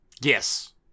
Yes